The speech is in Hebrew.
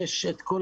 יש את כל